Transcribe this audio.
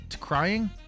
Crying